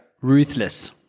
Ruthless